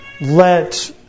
let